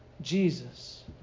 Jesus